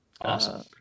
Awesome